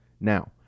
Now